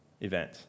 event